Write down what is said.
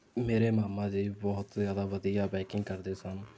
ਮੇਰੇ ਮਾਮਾ ਜੀ ਬਹੁਤ ਜ਼ਿਆਦਾ ਵਧੀਆ ਬਾਈਕਿੰਗ ਕਰਦੇ ਸਨ